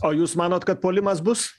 o jūs manot kad puolimas bus